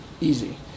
easy